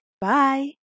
Bye